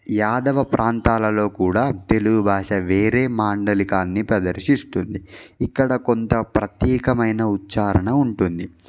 యాదవ ప్రాంతాలలో కూడా తెలుగు భాష వేరే మాండలికాన్ని ప్రదర్శిస్తుంది ఇక్కడ కొంత ప్రత్యేకమైన ఉచ్చారణ ఉంటుంది